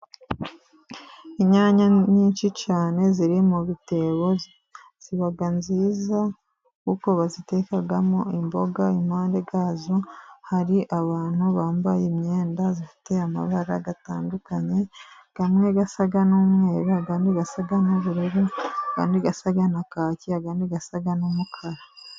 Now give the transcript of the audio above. Inyanya nyinshi cyane ziri mu bitebo ziba nziza kuko bazitekamo imboga impande yazo hari abantu bambaye imyenda ifite amabara atandukanye imwe isa n'umweru, indi isa nk'ubururu, indi isa na kaki, indi isa n'umukara.